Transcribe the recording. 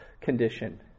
condition